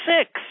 Six